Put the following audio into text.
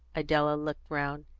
idella looked round,